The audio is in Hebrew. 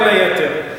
בין היתר.